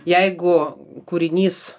jeigu kūrinys